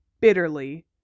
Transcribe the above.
bitterly